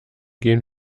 gehen